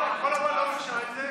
כחול לבן לא ביקשה את זה,